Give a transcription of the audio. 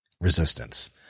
resistance